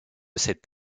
cet